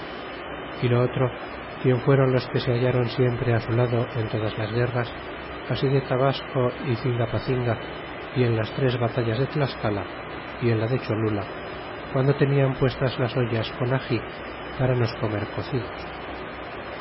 y lo otro quien fuéron los que se hallaron siempre su lado en todas las guerras así de tabasco y cingapacinga y en tres batallas de tlascala y en la de cholula guando tenian puestas las ollas con agi para nos comer cocidos